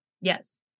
Yes